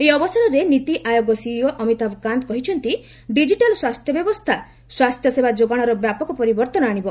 ଏହି ଅବସରରେ ନିତି ଆୟୋଗ ସିଇଓ ଅମିତାଭକାନ୍ତ କହିଛନ୍ତି' ଡିଜିଟାଲ ସ୍ୱାସ୍ଥ୍ୟ ବ୍ୟବସ୍ଥା ସ୍ୱାସ୍ଥ୍ୟ ସେବା ଯୋଗାଣରେ ବ୍ୟାପକ ପରିବର୍ତ୍ତନ ଆଶିବ